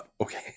Okay